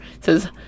says